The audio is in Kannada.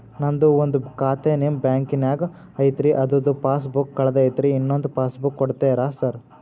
ನಂದು ಒಂದು ಖಾತೆ ನಿಮ್ಮ ಬ್ಯಾಂಕಿನಾಗ್ ಐತಿ ಅದ್ರದು ಪಾಸ್ ಬುಕ್ ಕಳೆದೈತ್ರಿ ಇನ್ನೊಂದ್ ಪಾಸ್ ಬುಕ್ ಕೂಡ್ತೇರಾ ಸರ್?